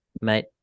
mate